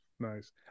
Nice